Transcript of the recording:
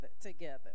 together